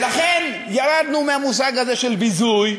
ולכן, ירדנו מהמושג הזה של ביזוי,